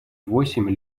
восемь